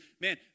man